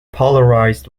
polarized